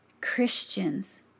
Christians